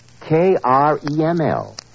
K-R-E-M-L